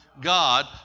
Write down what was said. God